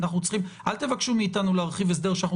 אל תבקשו מאיתנו להרחיב הסדר שאנחנו